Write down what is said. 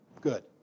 good